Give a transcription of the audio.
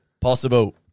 possible